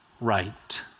right